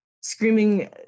screaming